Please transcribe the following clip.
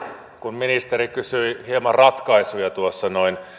kun ministeri kysyi hieman ratkaisuja tuossa noin